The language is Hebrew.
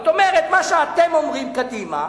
כלומר, מה שאתם אומרים, קדימה,